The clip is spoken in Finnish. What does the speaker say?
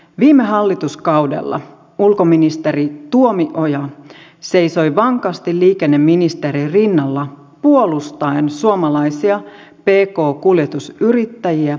viime hallituskaudella ulkoministeri tuomioja seisoi vankasti liikenneministerin rinnalla puolustaen suomalaisia pk kuljetusyrittäjiä ja kuljettajia